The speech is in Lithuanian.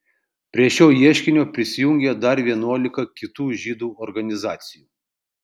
prie šio ieškinio prisijungė dar vienuolika kitų žydų organizacijų